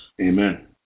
amen